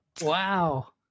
Wow